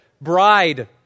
bride